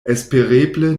espereble